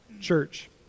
Church